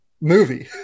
movie